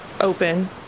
open